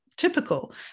typical